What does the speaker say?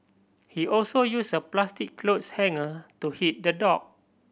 he also use a plastic clothes hanger to hit the dog